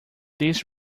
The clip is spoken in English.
this